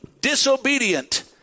disobedient